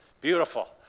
Beautiful